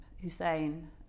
Hussein